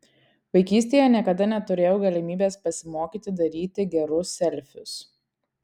vaikystėje niekada neturėjau galimybės pasimokyti daryti gerus selfius